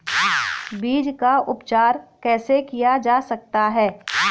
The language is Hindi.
बीज का उपचार कैसे किया जा सकता है?